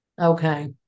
Okay